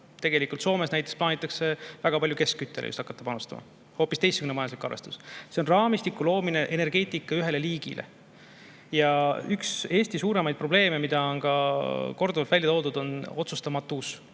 Tegelikult Soomes näiteks plaanitakse väga palju just keskküttele hakata panustama. Hoopis teistsugune majanduslik arvestus. See on raamistiku loomine energeetika ühele liigile. Üks Eesti suuremaid probleeme, mida on ka korduvalt välja toodud, on otsustamatus.